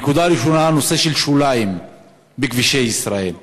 הנקודה הראשונה, הנושא של שוליים בכבישי ישראל.